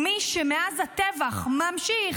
ומי שמאז הטבח ממשיך,